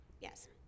Yes